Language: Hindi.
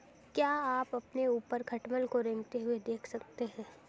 क्या आप अपने ऊपर खटमल को रेंगते हुए देख सकते हैं?